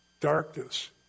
darkness